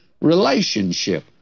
relationship